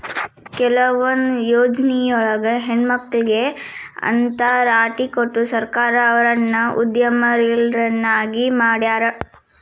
ಕೆಲವೊಂದ್ ಯೊಜ್ನಿಯೊಳಗ ಹೆಣ್ಮಕ್ಳಿಗೆ ಅಂತ್ ರಾಟಿ ಕೊಟ್ಟು ಸರ್ಕಾರ ಅವ್ರನ್ನ ಉದ್ಯಮಶೇಲ್ರನ್ನಾಗಿ ಮಾಡ್ಯಾರ